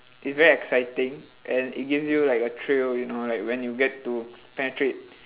it's very exciting and it gives you like a thrill you know like when you get to penetrate